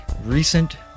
recent